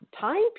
time